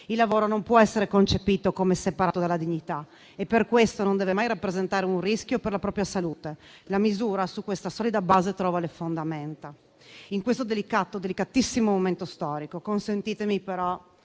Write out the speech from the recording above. Il lavoro non può essere concepito come separato dalla dignità e per questo non deve mai rappresentare un rischio per la propria salute. La misura trova le proprie fondamenta su questa solida base. In questo delicato, delicatissimo momento storico, consentitemi però